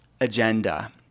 agenda